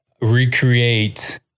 recreate